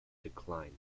decline